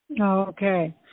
Okay